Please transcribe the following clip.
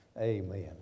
Amen